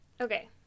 okay